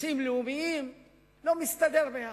נושאים לאומיים לא מסתדרים ביחד.